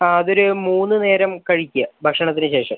ആ അതൊര് മൂന്ന് നേരം കഴിക്കുക ഭക്ഷണത്തിന് ശേഷം